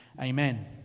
Amen